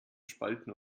spalten